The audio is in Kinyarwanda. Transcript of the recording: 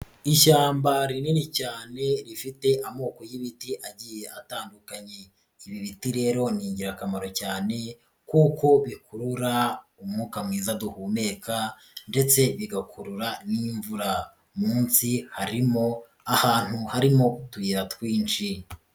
Ishyamba rinini cyane rifite amoko y'ibiti agiye atandukanye. Ibi biti rero ni ingirakamaro cyane kuko bikurura umwuka mwiza duhumeka ndetse bigakurura n'imvura. Mmunsi harimo ahantu harimo utuyira twinshi.